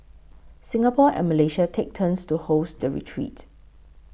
Singapore and Malaysia take turns to host the retreat